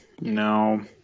No